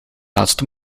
laatste